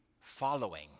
following